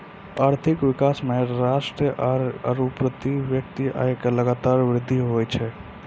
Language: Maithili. आर्थिक विकास मे राष्ट्रीय आय आरू प्रति व्यक्ति आय मे लगातार वृद्धि हुवै छै